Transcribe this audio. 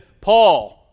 Paul